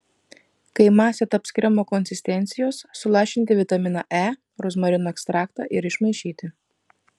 kai masė taps kremo konsistencijos sulašinti vitaminą e rozmarinų ekstraktą ir išmaišyti